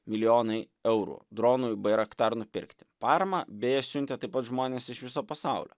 milijonai eurų dronui bairaktar nupirkti paramą beje siuntė taip pat žmonės iš viso pasaulio